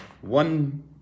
one